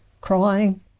crying